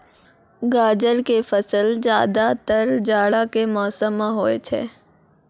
गाजर के फसल ज्यादातर जाड़ा के मौसम मॅ होय छै